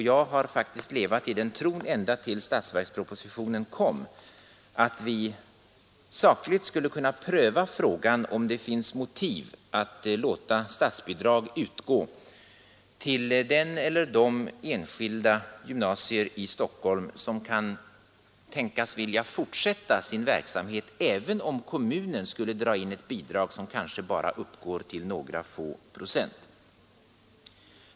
Jag har därför levat i den tron, ända tills statsverkspropositionen kom, att vi sakligt skulle kunna pröva frågan om det fanns motiv att låta statsbidrag utgå till de enskilda gymnasier i Stockholm som kan tänkas vilja fortsätta sin verksamhet, även om kommunen skulle dra in ett bidrag som kanske bara uppgår till några procent.